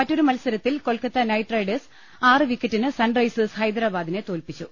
മറ്റൊരു മത്സരത്തിൽ Kolkata Knight Riders ആറ് വിക്കറ്റിന് സൺറൈസസ് ഹൈദരാബാദിനെ തോൽപിച്ചു